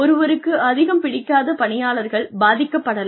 ஒருவருக்கு அதிகம் பிடிக்காத பணியாளர்கள் பாதிக்கப்படலாம்